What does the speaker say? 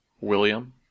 William